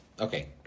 Okay